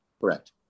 Correct